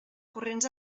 corrents